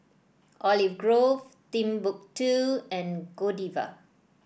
Olive Grove Timbuk two and Godiva